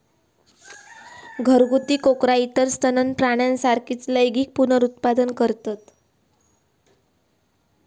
घरगुती कोकरा इतर सस्तन प्राण्यांसारखीच लैंगिक पुनरुत्पादन करतत